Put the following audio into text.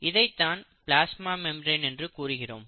இதைத்தான் plasma membrane என்று கூறுகிறோம்